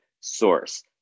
source